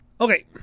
Okay